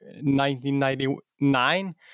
1999